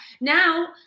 Now